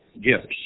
gifts